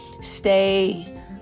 stay